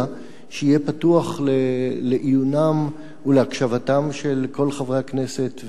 שיהיה פתוח לעיונם ולהקשבתם של כל חברי הכנסת,